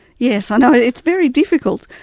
yes, i know it's very difficult.